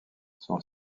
son